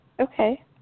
Okay